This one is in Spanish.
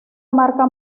marca